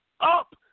up